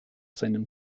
seinem